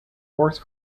horse